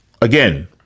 again